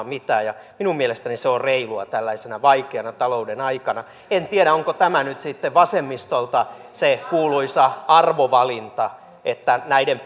mitään minun mielestäni se on reilua tällaisena vaikeana talouden aikana en tiedä onko tämä nyt sitten vasemmistolta se kuuluisa arvovalinta että näiden